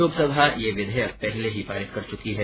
लोकसभा ये विधेयक पहले ही पारित कर चुकी है